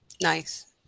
Nice